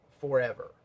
forever